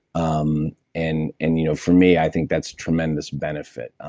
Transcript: um and and you know for me, i think that's tremendous benefit.